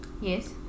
Yes